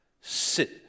Sit